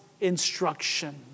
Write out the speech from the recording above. instruction